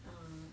err